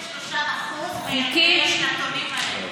רק 23% מילדי השנתונים האלה.